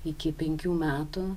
iki penkių metų